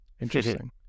Interesting